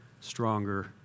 stronger